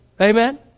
Amen